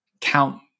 count